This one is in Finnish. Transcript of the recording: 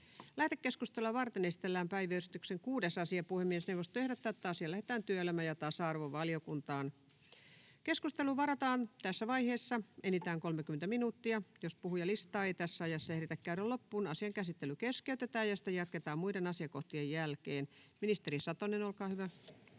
Lähetekeskustelua varten esitellään päiväjärjestyksen 7. asia. Puhemiesneuvosto ehdottaa, että asia lähetetään työelämä- ja tasa-arvovaliokuntaan. Keskusteluun varataan tässä vaiheessa enintään 30 minuuttia. Jos puhujalistaa ei tässä ajassa ehditä käydä loppuun, asian käsittely keskeytetään ja sitä jatketaan muiden asiakohtien jälkeen. — Ministeri Satonen, olkaa hyvä.